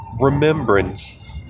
remembrance